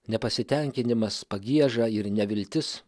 nepasitenkinimas pagieža ir neviltis